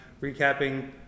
recapping